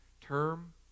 term